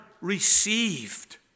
received